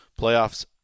Playoffs